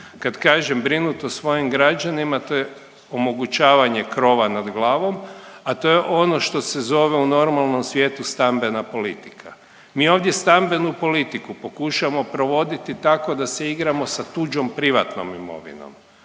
Kad kažem brinuti o svojim građanima, to je omogućavanje krova nad glavom, a to je ono što se zove u normalnom svijetu stambena politika. Mi ovdje stambenu politiku pokušavamo provoditi tako da se igramo sa tuđom privatnom imovinom.